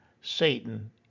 Satan